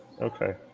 Okay